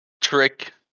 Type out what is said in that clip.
trick